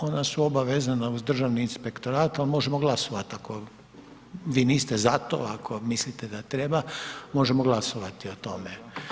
Ona su oba vezana uz Državni inspektorat, a možemo glasovat ako vi niste za to, ako mislite da treba, možemo glasovati o tome.